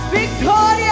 Victoria